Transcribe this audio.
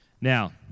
Now